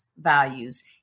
values